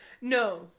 No